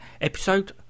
episode